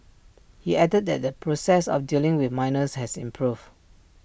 he added that the process of dealing with minors has improved